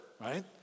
right